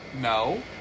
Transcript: No